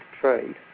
trade